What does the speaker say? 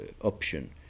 option